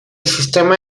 sistema